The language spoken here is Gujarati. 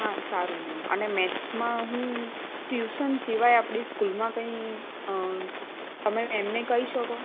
હા સારું મેમ અને મેથ્સમાં હું ટ્યૂશન સિવાય આપણી સ્કૂલમાં કંઈ તમે એમને કહી શકો